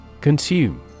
Consume